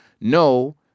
No